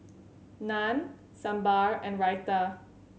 Naan Sambar and Raita